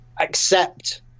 accept